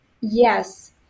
Yes